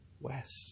West